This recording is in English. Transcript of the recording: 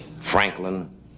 Franklin